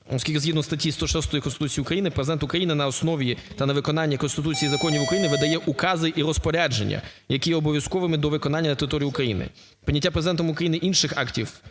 оскільки згідно статті 106 Конституції України Президент України на основі та на виконання Конституції і законів України видає укази і розпорядження, які є обов'язковими до виконання на території України. Прийняття Президентом України інших актів,